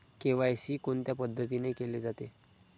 KYC कोणत्या पद्धतीने केले जाते?